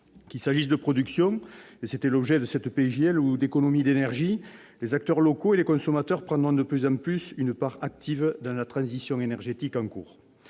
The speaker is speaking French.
Qu'il s'agisse de production- tel était l'objet de ce projet de loi -ou d'économies d'énergie, les acteurs locaux et les consommateurs prendront de plus en plus une part active dans la transition énergétique en cours.